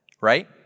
Right